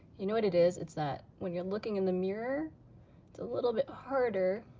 you know what it is, it's that when you're looking in the mirror it's a little bit harder